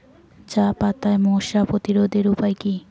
চাপাতায় মশা প্রতিরোধের উপায় কি?